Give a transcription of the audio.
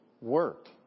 work